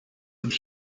with